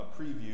preview